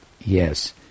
Yes